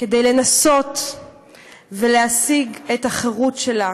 כדי לנסות ולהשיג את החירות שלה,